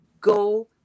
go